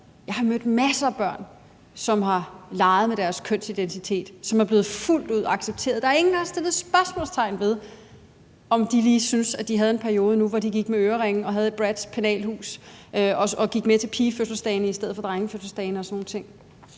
Jeg har mødt masser af børn, som har leget med deres kønsidentitet, og som er blevet fuldt ud accepteret. Der er ingen, der har sat spørgsmålstegn ved det, hvis de syntes, at de lige havde en periode, hvor de gik med øreringe og havde et Bratzpenalhus og gik med til pigefødselsdagene i stedet for til drengefødselsdagene og sådan nogle ting.